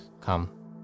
come